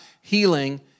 healing